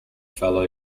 fellow